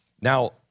Now